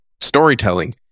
storytelling